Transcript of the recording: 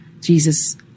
Jesus